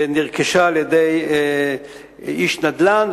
נרכשה על-ידי איש נדל"ן,